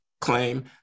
claim